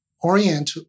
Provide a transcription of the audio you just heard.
orient